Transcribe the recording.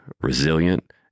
resilient